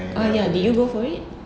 ah ya did you go for it